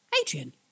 Adrian